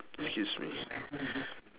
excuse me